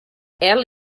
ela